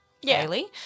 daily